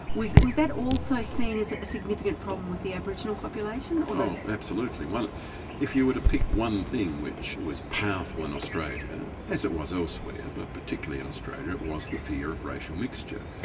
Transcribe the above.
was that was that also seen as a significant problem with the aboriginal population? oh absolutely. if you were to pick one thing which was powerful in australia, yeah as it was elsewhere, but particularly in australia, it was the fear of racial mixture.